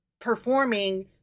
performing